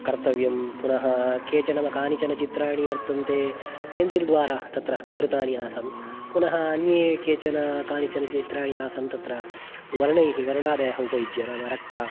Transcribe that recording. कर्तव्यं पुनः केचन व कानिचनचित्राणि वर्तन्ते पेन्सिल् द्वारा तत्र कृतानि आसन् पुनः अन्ये केचन कानिचन चित्राणि आसन् तत्र वर्णैः वर्णादयः उपयुज्य नाम रक्त